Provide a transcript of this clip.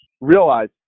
Realize